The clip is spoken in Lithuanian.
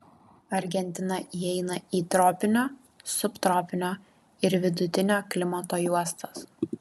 argentina įeina į tropinio subtropinio ir vidutinio klimato juostas